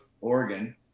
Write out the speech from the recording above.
Oregon